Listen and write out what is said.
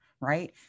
right